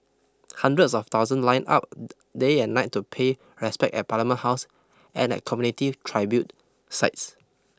hundreds of thousands lined up day and night to pay respect at Parliament House and at community tribute sites